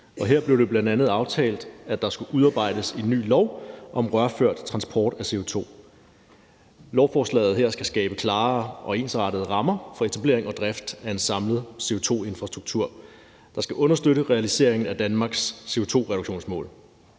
Her blev det bl.a. aftalt, at der skulle udarbejdes en ny lov om rørført transport af CO2. Lovforslaget her skal skabe klare og ensrettede rammer for etablering og drift af en samlet CO2-infrastruktur, der skal understøtte realiseringen af Danmarks CO2-reduktionsmål.